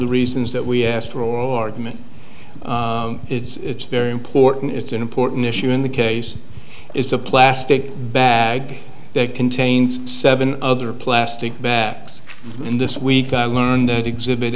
the reasons that we asked for or admit it's very important it's an important issue in the case it's a plastic bag that contains seven other plastic bags in this week i learned that exhibit